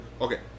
Okay